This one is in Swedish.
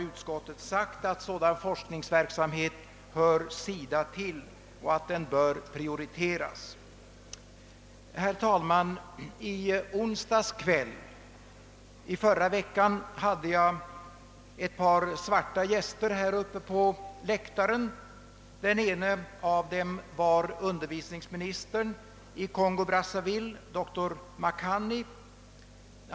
Utskottet har anfört att denna forskningsverksamhet hör SIDA till och bör prioriteras. Herr talman! I onsdags kväll i förra veckan hade jag ett par svarta gäster här uppe på läktaren. Den ene av dem var undervisningsministern i Kongo Brazzaville, dr Makany.